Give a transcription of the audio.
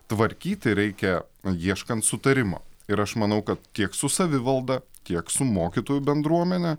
tvarkyti reikia ieškant sutarimo ir aš manau kad tiek su savivalda tiek su mokytojų bendruomene